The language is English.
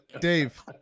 Dave